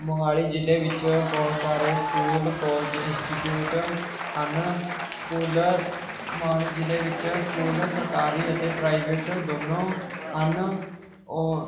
ਮੋਹਾਲੀ ਜ਼ਿਲ੍ਹੇ ਵਿੱਚ ਬਹੁਤ ਸਾਰੇ ਸਕੂਲ ਕੋਲਜ ਇੰਸਟੀਚਿਊਟ ਹਨ ਸਕੂਲ ਮੋਹਾਲੀ ਜ਼ਿਲ੍ਹੇ ਵਿੱਚ ਸਕੂਲ ਸਰਕਾਰੀ ਅਤੇ ਪ੍ਰਾਈਵੇਟ ਦੋਨੋਂ ਹਨ ਉਹ